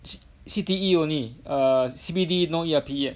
C_T_E only err C_B_D no E_R_P yet